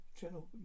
channel